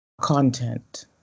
content